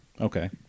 Okay